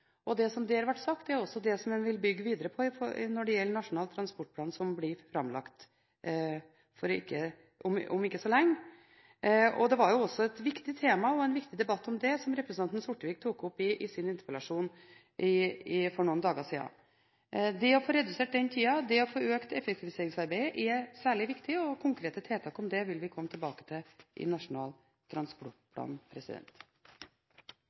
og det som der ble sagt, er også det som en vil bygge videre på når det gjelder Nasjonal transportplan, som blir framlagt om ikke så lenge. Det var også et viktig tema og en viktig debatt om det som representanten Sortevik tok opp i sin interpellasjon for noen dager siden. Det å få redusert planleggingstiden, det å få økt effektiviseringsarbeidet, er særlig viktig, og konkrete tiltak om det vil vi komme tilbake til i Nasjonal